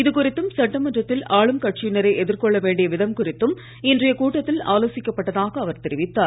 இதுகுறித்தும் சட்டமன்றத்தில் ஆளும் கட்சியினரை எதிர்கொள்ள வேண்டிய விதம் குறித்தும் இன்றைய கூட்டத்தில் ஆலோசிக்கப் பட்டதாக அவர் தெரிவித்தார்